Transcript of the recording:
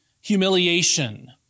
humiliation